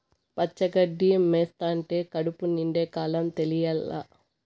పచ్చి గడ్డి మేస్తంటే కడుపు నిండే కాలం తెలియలా